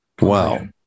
Wow